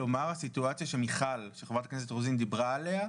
כלומר הסיטואציה שחברת הכנסת מיכל רוזין דיברה עליה,